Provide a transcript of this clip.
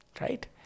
right